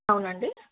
అవును అండి